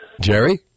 Jerry